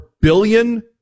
billion